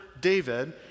David